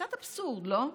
קצת אבסורד, לא?